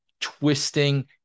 twisting